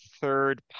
third